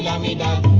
yeah meana